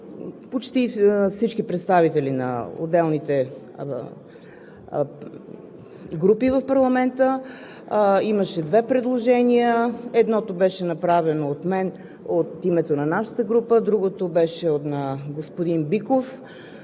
почти всички представители на отделните групи в парламента, имаше две предложения. Едното беше направено от мен, от името на нашата група, а другото беше на господин Биков